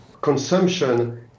consumption